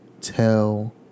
tell